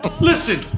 Listen